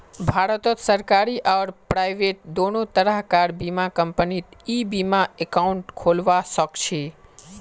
भारतत सरकारी आर प्राइवेट दोनों तरह कार बीमा कंपनीत ई बीमा एकाउंट खोलवा सखछी